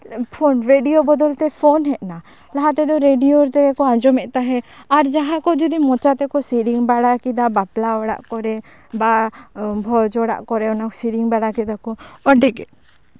radio ᱵᱚᱫᱚᱞ ᱛᱮ phone ᱦᱮᱡ ᱱᱟ ᱞᱟᱦᱟ ᱛᱮᱫᱚ ᱨᱮᱰᱤᱭᱳ ᱨᱮᱜᱮ ᱠᱚ ᱟᱸᱡᱚᱢᱮᱫ ᱛᱟᱦᱮᱸᱫ ᱟᱨ ᱡᱟᱦᱟᱸ ᱠᱚ ᱡᱩᱫᱤ ᱢᱚᱪᱟᱛᱮ ᱠᱚ ᱥᱮᱨᱮᱧ ᱵᱟᱲᱟ ᱠᱮᱫᱟ ᱵᱟᱯᱞᱟ ᱚᱲᱟᱜ ᱠᱚᱨᱮᱜ ᱵᱟ ᱵᱷᱚᱡᱽ ᱚᱲᱟᱜ ᱠᱚᱨᱮᱜ ᱚᱱᱟ ᱥᱮᱨᱮᱧ ᱵᱟᱲᱟ ᱠᱮᱫᱟ ᱠᱚ ᱚᱸᱰᱮᱜᱮ